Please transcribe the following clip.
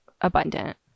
abundant